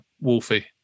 Wolfie